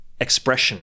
expression